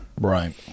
Right